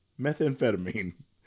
methamphetamine